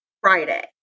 Friday